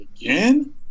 again